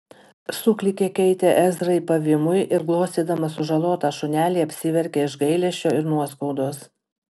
suklykė keitė ezrai pavymui ir glostydama sužalotą šunelį apsiverkė iš gailesčio ir nuoskaudos